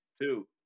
two